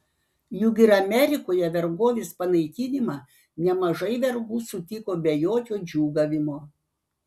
juk ir amerikoje vergovės panaikinimą nemažai vergų sutiko be jokio džiūgavimo